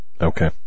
Okay